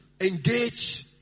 engage